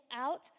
out